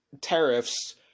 tariffs